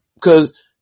cause